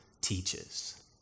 teaches